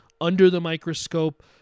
under-the-microscope